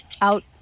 out